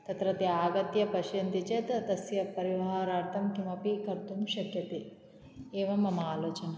तत्र ते आगत्य पश्यन्ति चेत् तस्य परिहारार्थं किमपि कर्तुं शक्यते एवं मम आलोचनम्